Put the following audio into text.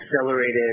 accelerated